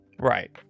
Right